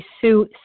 Sue